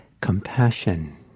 compassion